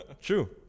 True